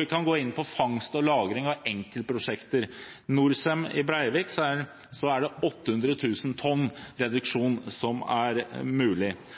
Vi kan gå inn på fangst og lagring av enkeltprosjekter. I Norcem i Brevik er det 800 000 tonn reduksjon som er mulig. Dette krever statlig investeringsstøtte, det